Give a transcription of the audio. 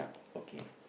okay